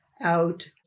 out